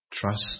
Trust